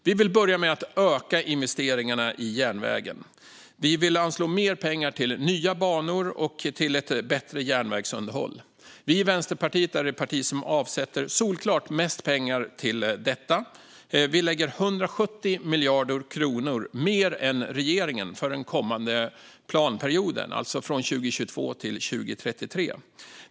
Vi vill börja med att öka investeringarna i järnvägen. Vi vill anslå mer pengar till nya banor och ett bättre järnvägsunderhåll. Vänsterpartiet är det parti som avsätter solklart mest pengar till detta; vi lägger 170 miljarder kronor mer än regeringen för den kommande planperioden, alltså från 2022 till 2033.